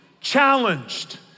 challenged